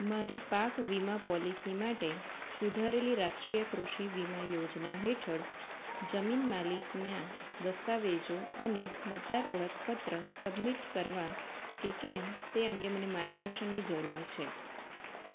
મારી પાક વીમા પૉલિસી માટે સુધારેલી રાષ્ટ્રીય કૃષિ વીમા યોજના હેઠળ જમીન માલિકના દસ્તાવેજો અને મતદાર ઓળખપત્ર સબમિટ કરવા કે કેમ તે અંગે મને માર્ગદર્શનની જરૂર છે